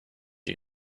you